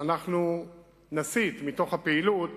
אנחנו נסיט מהפעילות